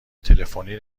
تلفنی